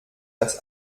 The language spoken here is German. das